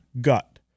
gut